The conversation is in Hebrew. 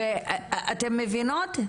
ואתן מבינות,